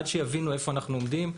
עד שיבינו איפה אנחנו עומדים.